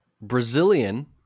Brazilian